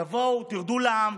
תבואו, תרדו לעם.